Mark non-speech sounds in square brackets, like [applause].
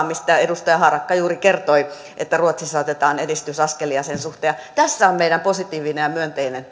[unintelligible] mistä edustaja harakka juuri kertoi että ruotsissa otetaan edistysaskelia sen suhteen tässä on meidän positiivinen ja myönteinen